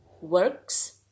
works